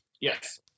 Yes